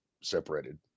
separated